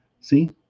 See